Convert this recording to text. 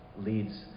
leads